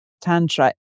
Tantra